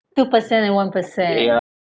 two percent and one percent